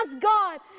God